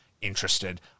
interested